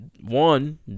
One